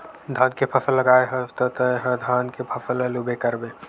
धान के फसल लगाए हस त तय ह धान के फसल ल लूबे करबे